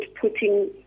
putting